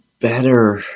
better